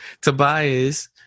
Tobias